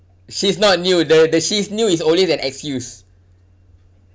she's not new the the she's new is always an excuse